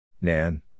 Nan